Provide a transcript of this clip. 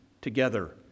together